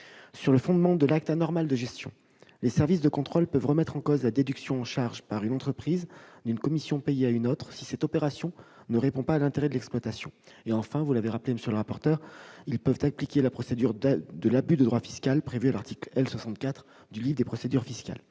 Sur le fondement de l'acte anormal de gestion, les services de contrôle peuvent remettre en cause la déduction en charges, par une entreprise, d'une commission payée à une autre si cette opération ne répond pas à l'intérêt de l'exploitation. En troisième lieu, comme vous l'avez rappelé, monsieur le rapporteur général, ces mêmes services peuvent recourir à la procédure de l'abus de droit fiscal, prévue à l'article L. 64 du livre des procédures fiscales.